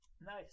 Nice